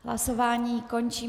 Hlasování končím.